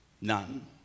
none